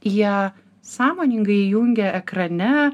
jie sąmoningai įjungė ekrane